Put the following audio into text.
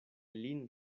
lin